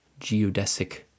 geodesic